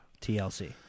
TLC